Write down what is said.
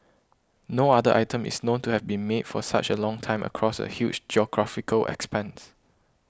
no other item is known to have been made for such a long time across a huge geographical expanse